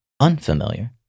unfamiliar